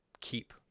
keep